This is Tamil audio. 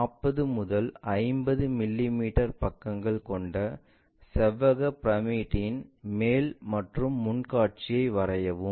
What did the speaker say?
40 மற்றும் 50 மிமீ பக்கங்கள் கொண்ட செவ்வக பிரமிட்டின் மேல் மற்றும் முன் காட்சிகளை வரையவும்